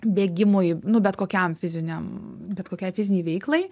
bėgimui nu bet kokiam fiziniam bet kokiai fizinei veiklai